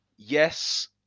yes